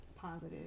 positive